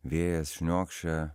vėjas šniokščia